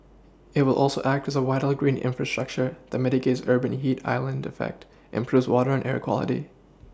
it will also act as a vital green infrastructure that mitigates urban heat island effect improves water and air quality